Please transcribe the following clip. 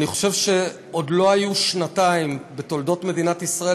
אני חושב שעוד לא היו שנתיים בתולדות מדינת ישראל